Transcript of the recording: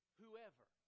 whoever